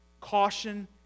caution